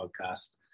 podcast